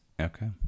Okay